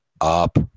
up